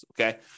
okay